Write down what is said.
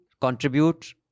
contribute